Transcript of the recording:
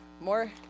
More